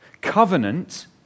Covenant